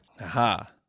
Aha